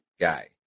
guy